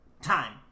time